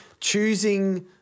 choosing